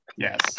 Yes